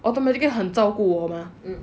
automatically 很照顾我 mah